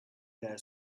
their